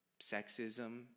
sexism